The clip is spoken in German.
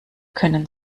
können